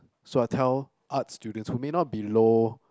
so I tell arts students who may not be low